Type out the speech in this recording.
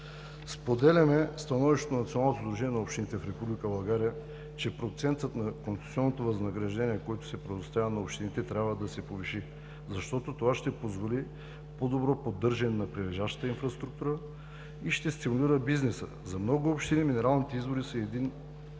сдружение на общините в Република България, че процентът на концесионното възнаграждение, който се предоставя на общините трябва да се повиши, защото това ще позволи по-добро поддържане на прилежащата инфраструктура и ще стимулира бизнеса. За много общини минералните извори са